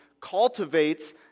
cultivates